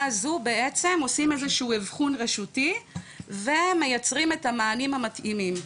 הזו בעצם עושים איזשהו אבחון רשותי ומייצרים את המענים המתאימים,